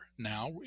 now